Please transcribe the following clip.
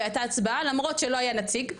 והייתה הצבעה למרות שלא היה נציג,